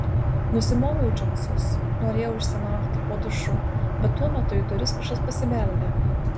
nusimoviau džinsus norėjau išsimaudyti po dušu bet tuo metu į duris kažkas pasibeldė